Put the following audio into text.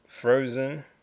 Frozen